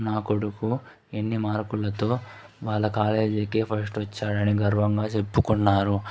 నా కొడుకు ఎన్ని మార్కులతో వాళ్ళ కాలేజీకి ఫస్ట్ వచ్చాడని గర్వంగా చెప్పుకున్నారు